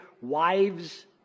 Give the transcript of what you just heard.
wives